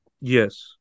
Yes